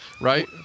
Right